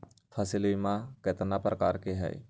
फसल बीमा कतना प्रकार के हई?